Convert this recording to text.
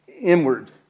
inward